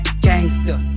Gangster